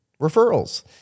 referrals